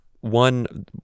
one